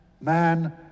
man